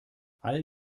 all